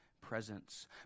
presence